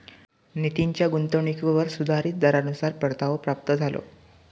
नितीनच्या गुंतवणुकीवर सुधारीत दरानुसार परतावो प्राप्त झालो